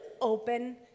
open